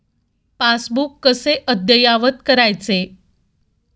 Passbook कसे अद्ययावत करायचे?